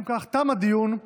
אם כך, תם הדיון.